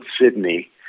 Sydney